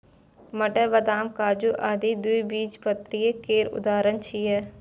मटर, बदाम, काजू आदि द्विबीजपत्री केर उदाहरण छियै